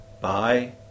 Bye